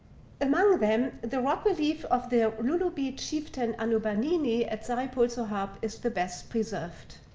among them, the rock relief of the lullubi chieftan anubanini at sarpol-e zahab is the best preserved.